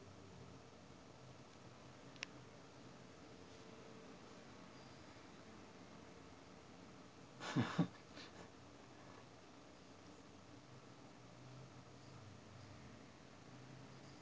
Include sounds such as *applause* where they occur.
*laughs*